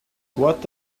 what